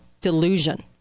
delusion